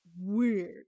weird